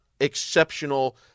exceptional